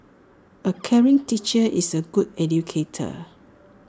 A caring teacher is A good educator